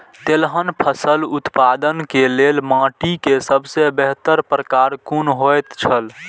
तेलहन फसल उत्पादन के लेल माटी के सबसे बेहतर प्रकार कुन होएत छल?